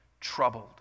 troubled